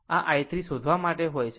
આ i 3 શોધવા માટે હોય છે